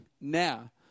now